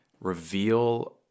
reveal